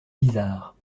bizarre